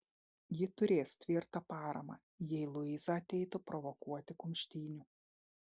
ji turės tvirtą paramą jei luiza ateitų provokuoti kumštynių